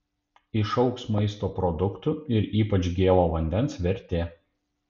išaugs maisto produktų ir ypač gėlo vandens vertė